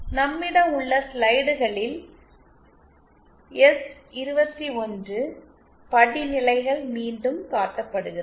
நம்மிடம் உள்ள ஸ்லைடுகளில் படிநிலைகள் மீண்டும் காட்டப்படுகிறது